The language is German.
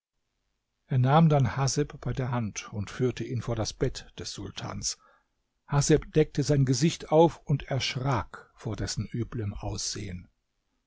er nahm dann haseb bei der hand und führte ihn vor das bett des sultans haseb deckte sein gesicht auf und erschrak vor dessen üblem aussehen